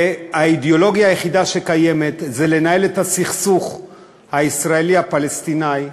והאידיאולוגיה היחידה שקיימת היא לנהל את הסכסוך הישראלי פלסטיני,